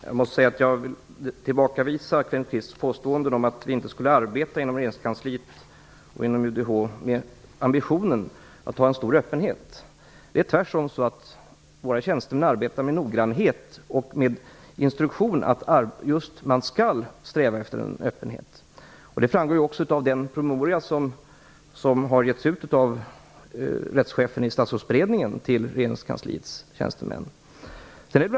Herr talman! Jag måste tillbakavisa Kenneth Kvists påståenden om att vi inte skulle arbeta med ambitionen att ha en stor öppenhet inom regeringskansliet och inom UDH. Det är tvärtom så att våra tjänstemän arbetar med noggrannhet och efter instruktionen att just sträva efter öppenhet. Det framgår också av den promemoria som har getts ut av rättschefen i statsrådsberedningen till regeringskansliets tjänstemän.